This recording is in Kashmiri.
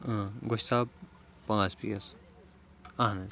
گوٚشتاب پانٛ ژھ پیٖس اَہن حظ